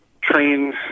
train